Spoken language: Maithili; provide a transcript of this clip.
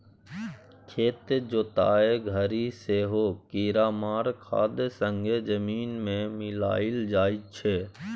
खेत जोतय घरी सेहो कीरामार खाद संगे जमीन मे मिलाएल जाइ छै